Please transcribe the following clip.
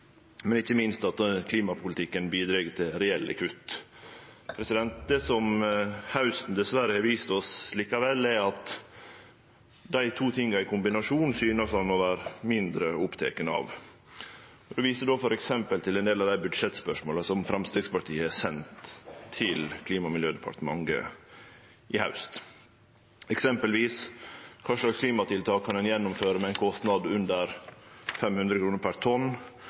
ikkje minst at klimapolitikken bidreg til reelle kutt. Det som hausten dessverre likevel har vist oss, er at dei to tinga i kombinasjon synest han å vere mindre oppteken av. Eg vil vise til nokre av dei budsjettspørsmåla som Framstegspartiet har sendt til Klima- og miljødepartementet i haust, eksempelvis: Kva klimatiltak kan ein gjennomføre med ein kostnad under 500 kr prer tonn?